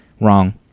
Wrong